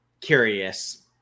Curious